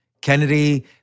Kennedy